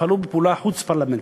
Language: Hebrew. יפעלו בפעולה חוץ-פרלמנטרית.